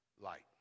light